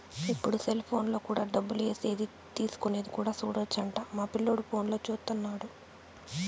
ఇప్పుడు సెలిపోనులో కూడా డబ్బులు ఏసేది తీసుకునేది కూడా సూడొచ్చు అంట మా పిల్లోడు ఫోనులో చూత్తన్నాడు